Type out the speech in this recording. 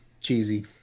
cheesy